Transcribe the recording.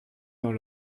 dans